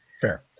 Fair